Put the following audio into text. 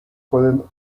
pueden